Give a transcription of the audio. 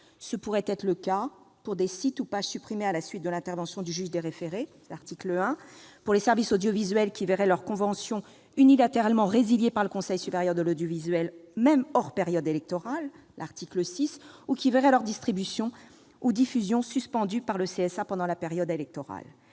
Ce pourrait être le cas pour les sites ou les pages supprimés à la suite de l'intervention du juge des référés, conformément à l'article 1, pour les services audiovisuels qui verraient leur convention unilatéralement résiliée par le Conseil supérieur de l'audiovisuel, le CSA, même hors période électorale, en vertu de l'article 6, ou leur distribution ou diffusion suspendues par cette instance pendant la période électorale.